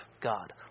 God